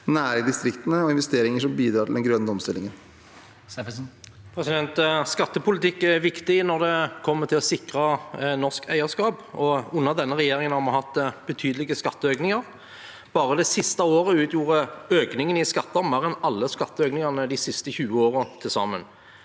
næringer i distriktene og investeringer som bidrar til den grønne omstillingen. Roy Steffensen (FrP) Skattepolitikk er viktig for å sikre norsk eierskap. Under denne regjeringen har vi hatt betydelige skatteøkninger. Bare det siste året utgjorde økningen i skatter mer enn alle skatteøkningene de siste 20 årene til sammen.